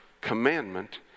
commandment